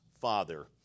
father